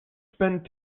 spend